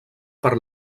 per